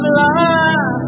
love